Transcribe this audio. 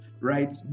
right